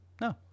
no